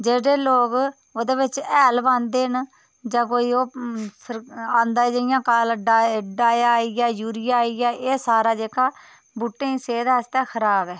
जेह्ड़े लोग ओह्दे बिच्च हैल पांदे न जां कोई ओह् फ्ही आंधा जेहा काला डाया आई गेआ यूरिया आई गेआ एह् सारा जेह्का बूह्टें दी सेह्त आस्तै खराब ऐ